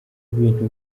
ibintu